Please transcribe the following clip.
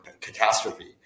catastrophe